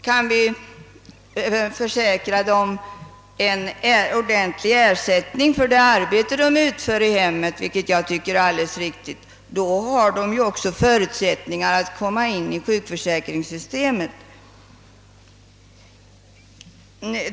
Kan vi tillförsäkra dem en ordentlig ersättning för det arbete de utför i hemmet — vilket jag tycker är alldeles riktigt — kan de ju komma in i sjukförsäkringssystemet.